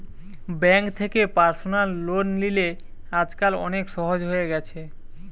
bank থেকে personal loan লিলে আজকাল অনেক সহজ হয়ে গেছে